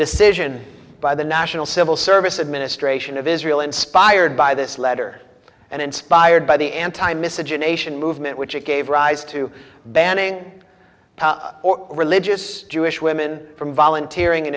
decision by the national civil service administration of israel inspired by this letter and inspired by the anti miscegenation movement which it gave rise to banning or religious jewish women from volunteer in